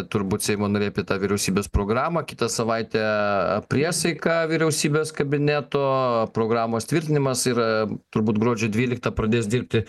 turbūt seimo nariai apie tą vyriausybės programą kitą savaitę priesaika vyriausybės kabineto programos tvirtinimas ir turbūt gruodžio dvyliktą pradės dirbti